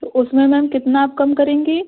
तो उसमें मैम कितना आप कम करेंगी